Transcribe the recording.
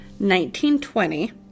1920